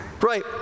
Right